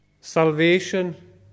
Salvation